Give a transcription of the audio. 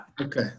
Okay